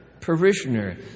parishioner